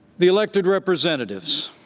the elected representatives.